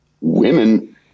women